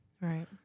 Right